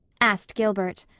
asked gilbert.